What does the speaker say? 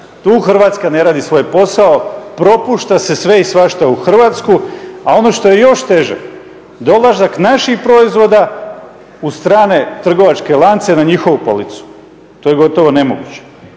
tu Hrvatska ne radi svoj posao, propušta se sve i svašta u Hrvatsku. A ono što je još teže dolazak naših proizvoda u strane trgovačke lance na njihovu policu. To je gotovo nemoguće.